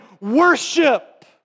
Worship